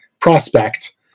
prospect